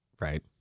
right